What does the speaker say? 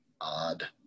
odd